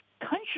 country